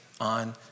on